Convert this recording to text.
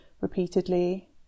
repeatedly